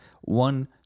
One